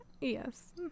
Yes